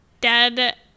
dead